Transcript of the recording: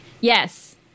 Yes